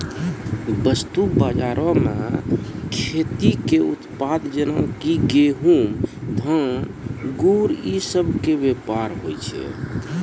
वस्तु बजारो मे खेती के उत्पाद जेना कि गहुँम, धान, गुड़ इ सभ के व्यापार होय छै